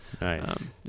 Nice